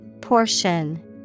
Portion